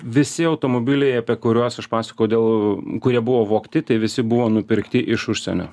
visi automobiliai apie kuriuos aš pasakojau dėl kurie buvo vogti tai visi buvo nupirkti iš užsienio